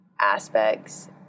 aspects